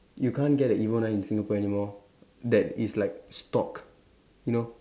you can't get a evo nine in Singapore anymore that is like stocked you know